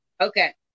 Okay